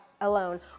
alone